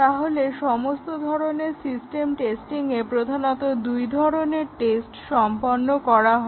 তাহলে সমস্ত ধরনের সিস্টেম টেস্টিংয়ে প্রধানত দুই ধরনের টেস্ট সম্পন্ন করা হয়